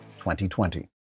2020